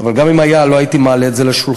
אבל גם אם הייתה לא הייתי מעלה את זה על שולחני,